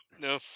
No